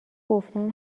گفتن